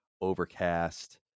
Overcast